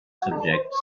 subjects